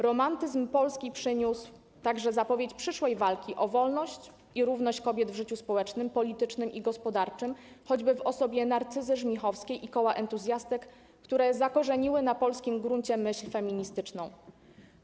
Romantyzm polski przyniósł także zapowiedź przyszłej walki o wolność i równość kobiet w życiu społecznym, politycznym i gospodarczym, choćby w osobie Narcyzy Żmichowskiej i Koła Entuzjastek, które zakorzeniły na polskim gruncie myśl feministyczną.